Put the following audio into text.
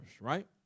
right